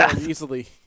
easily